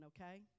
okay